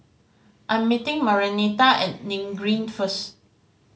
I am meeting Marianita at Nim Green first